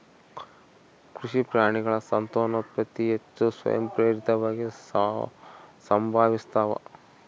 ಕೃಷಿ ಪ್ರಾಣಿಗಳ ಸಂತಾನೋತ್ಪತ್ತಿ ಹೆಚ್ಚು ಸ್ವಯಂಪ್ರೇರಿತವಾಗಿ ಸಂಭವಿಸ್ತಾವ